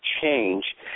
change